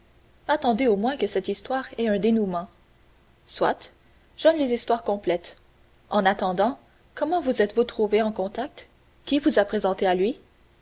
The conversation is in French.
attendez au moins que cette histoire ait un dénouement soit j'aime les histoires complètes en attendant comment vous êtes-vous trouvés en contact qui vous a présentés à lui